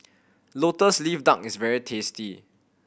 Lotus Leaf Duck is very tasty